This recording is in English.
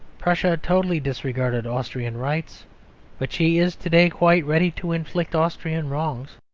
prussia totally disregarded austrian rights but she is to-day quite ready to inflict austrian wrongs.